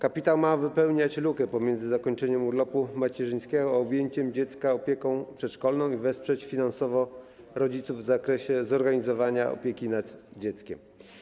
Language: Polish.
Ma to wypełnić lukę pomiędzy zakończeniem urlopu macierzyńskiego a objęciem dziecka opieką przedszkolną i wesprzeć finansowo rodziców w zakresie zorganizowania opieki nad dzieckiem.